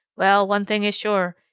well, one thing is sure,